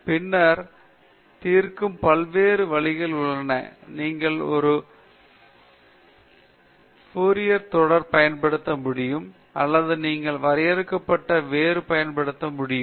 பின்னர் தீர்க்கும் பல்வேறு வழிகள் உள்ளன நீங்கள் ஒரு ஃபோரியர் தொடர் பயன்படுத்த முடியும் அல்லது நீங்கள் வரையறுக்கப்பட்ட வேறுபாடு பயன்படுத்த முடியும் அல்லது நீங்கள் வரையறுக்கப்பட்ட தொகுதி பயன்படுத்த முடியும் அல்லது நீங்கள் வரையறுக்க உறுப்பு பயன்படுத்த முடியும்